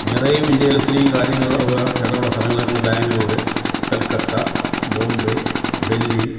വേറെയും ഇന്ത്യയിൽ ഒത്തിരി കാര്യങ്ങൾ ഇടമുള്ള സ്ഥലങ്ങളൊക്കെ ഉണ്ട് ബാംഗ്ലൂർ കൽക്കത്ത ബോംബേ ഡൽഹി